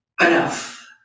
enough